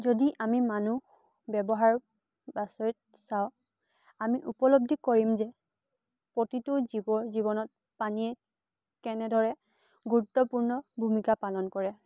যদি আমি মানুহ ব্যৱহাৰ বা চাওঁ আমি উপলব্ধি কৰিম যে প্ৰতিটো জীৱই জীৱনত পানীয়ে কেনেদৰে গুৰুত্বপূৰ্ণ ভূমিকা পালন কৰে